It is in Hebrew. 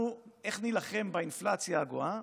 איך נילחם באינפלציה הגואה?